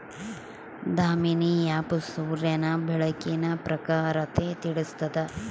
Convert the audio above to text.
Damini app ಸೂರ್ಯನ ಬೆಳಕಿನ ಪ್ರಖರತೆ ತಿಳಿಸ್ತಾದ